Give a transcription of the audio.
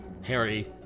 Harry